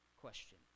question